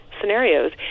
scenarios